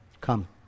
Come